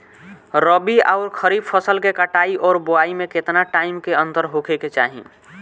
रबी आउर खरीफ फसल के कटाई और बोआई मे केतना टाइम के अंतर होखे के चाही?